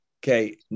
Okay